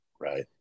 right